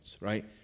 right